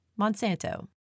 Monsanto